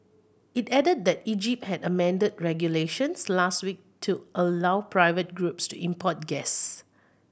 it added that Egypt had amended regulations last week to allow private groups to import gas